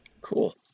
Cool